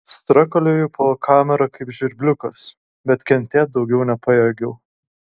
strakalioju po kamerą kaip žvirbliukas bet kentėt daugiau nepajėgiau